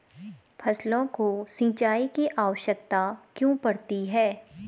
फसलों को सिंचाई की आवश्यकता क्यों पड़ती है?